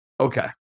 okay